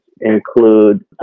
include